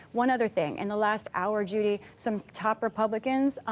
one other thing. in the last hour, judy, some top republicans,